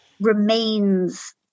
remains